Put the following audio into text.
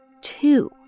two